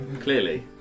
Clearly